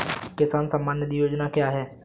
किसान सम्मान निधि योजना क्या है?